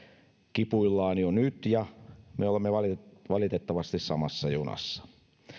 kipuillaan jo nyt ja me olemme valitettavasti samassa junassa